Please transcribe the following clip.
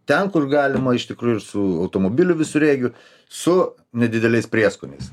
ten kur galima iš tikrųjų ir su automobiliu visureigiu su nedideliais prieskoniais